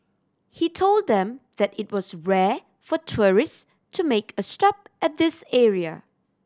he told them that it was rare for tourist to make a stop at this area